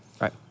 Right